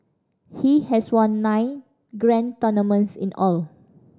he has won nine grand tournaments in all